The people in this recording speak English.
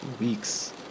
weeks